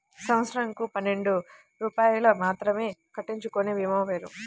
సంవత్సరంకు పన్నెండు రూపాయలు మాత్రమే కట్టించుకొనే భీమా పేరు?